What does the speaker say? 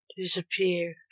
Disappear